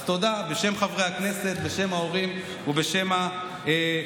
אז תודה בשם חברי הכנסת, בשם ההורים ובשם הילדים.